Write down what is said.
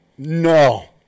No